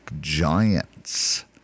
Giants